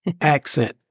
accent